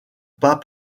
pas